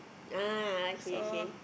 ah okay okay